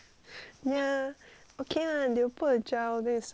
okay lah they will put a gel then is just kiap kiap kiap